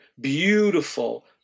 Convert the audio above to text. beautiful